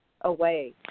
away